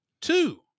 Two